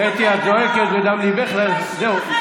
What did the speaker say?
קטי, את זועקת מדם ליבך, זהו.